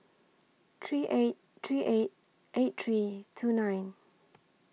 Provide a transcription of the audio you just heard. three eight three eight eight three two nine